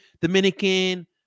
Dominican